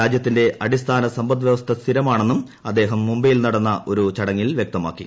രാജ്യത്തിന്റെ അടിസ്ഥാന സമ്പദ്വ്യവസ്ഥ സ്ഥിരമാണെന്നും അദ്ദേഹം മുംബൈയിൽ നടന്ന ഒരു ചടങ്ങിൽ വ്യക്തമാക്കി